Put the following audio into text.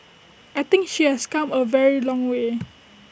I think she has come A very long way